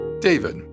David